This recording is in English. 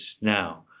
now